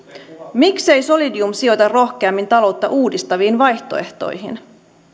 miksei solidium sijoita rohkeammin taloutta uudistaviin vaihtoehtoihin